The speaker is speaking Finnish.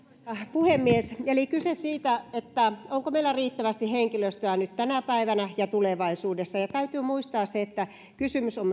puhemies eli kyse on siitä onko meillä riittävästi henkilöstöä nyt tänä päivänä ja tulevaisuudessa ja täytyy muistaa se että kysymys on